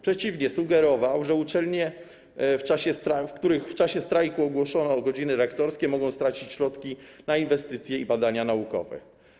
Przeciwnie, sugerował, że uczelnie, w których w czasie strajku ogłoszono godziny rektorskie, mogą stracić środki na inwestycje i badania naukowe.